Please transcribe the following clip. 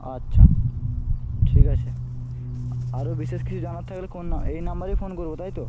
আচ্ছা ঠিক আছে আরও বিশেষ কিছু জানার থাকলে কোন না এই নাম্বারেই ফোন করব তাই তো